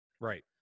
Right